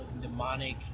demonic